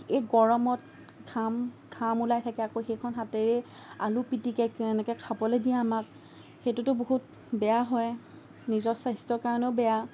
এই গৰমৰ ঘাম ঘাম ওলাই থাকে আকৌ সেইখন হাতেৰেই আলু পিটিকে তেনেকৈ খাবলৈ দিয়ে আমাক সেইটোতো বহুত বেয়া হয় নিজৰ স্বাস্থ্যৰ কাৰণেও বেয়া